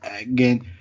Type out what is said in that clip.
Again